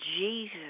Jesus